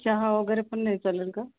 चहा वगैरे पण नाही चालेल का